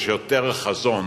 יש יותר חזון